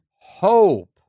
hope